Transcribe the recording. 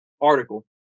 article